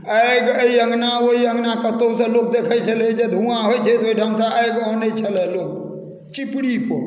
आगि एहि अङ्गना ओहि अङ्गना कतहुसँ लोग देखै छलै जे धुआँ होइ छै तऽ ओहिठामसँ आगि अनैत छलए लोक चिपड़ीपर